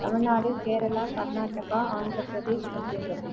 Tamil Nadu Kerala Karnataka Andhra Pradesh Madhya Pradesh